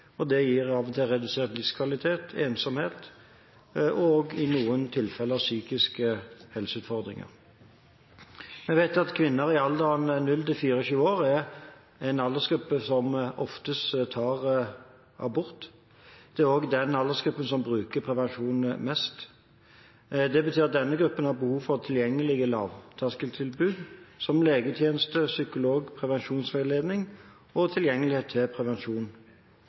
og det gir av og til redusert livskvalitet, ensomhet og i noen tilfeller psykiske helseutfordringer. Vi vet at kvinner i alderen 20–24 år er den aldersgruppen som oftest tar abort, og det er også den aldersgruppen som bruker prevensjon mest. Det betyr at denne gruppen har behov for tilgjengelige lavterskeltilbud, som legetjeneste, psykolog, prevensjonsveiledning og tilgjengelighet til prevensjon.